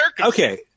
Okay